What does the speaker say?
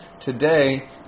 today